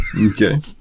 Okay